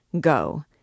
Go